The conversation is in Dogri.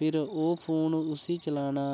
फेर ओह् फोन उसी चलाना